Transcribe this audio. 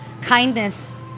kindness